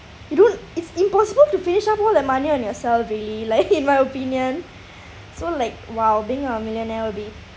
you don't it's impossible to finish up all that money on yourself really like in my opinion so like !wow! being a millionaire will be